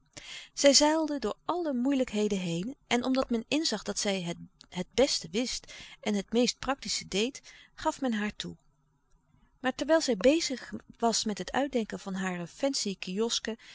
zij zeilde door alle moeilijkheden heen en omdat men inzag dat zij het het beste wist en het meest praktische deed gaf men haar toe maar terwijl zij bezig was met het uitdenken van hare fancy kiosken